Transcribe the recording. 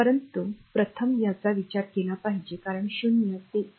परंतु प्रथम याचा विचार केला पाहिजे कारण ० ते १